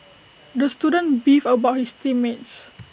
the student beefed about his team mates